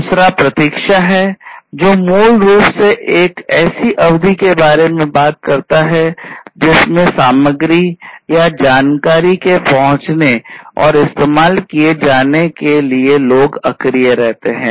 दूसरा प्रतीक्षा है जो मूल रूप से एक ऐसी अवधि के बारे में बात कर रहे है जिसमें सामग्री या जानकारी के पहुंचने और इस्तेमाल किए जाने के लिए लोग अक्रिय रहते हैं